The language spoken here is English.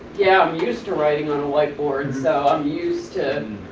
yeah, i'm used to writing on a whiteboard so i'm used to,